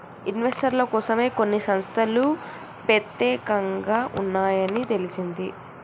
ఇన్వెస్టర్ల కోసమే కొన్ని సంస్తలు పెత్యేకంగా ఉన్నాయని తెలిసింది